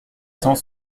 cent